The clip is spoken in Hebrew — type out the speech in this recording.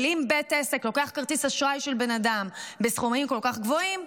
אבל אם בית עסק לוקח כרטיס אשראי של בן אדם בסכומים כל כך גבוהים,